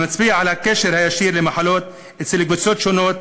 שמצביע על קשר ישיר למחלות אצל קבוצות שונות,